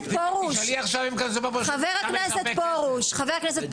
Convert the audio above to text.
חה"כ פרוש.